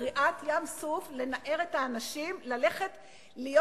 קריעת ים-סוף לנער את האנשים ללכת להיות